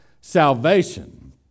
salvation